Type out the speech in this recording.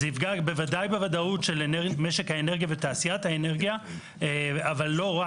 זה יפגע בוודאות במשק האנרגיה ובתעשיית האנרגיה אבל לא רק.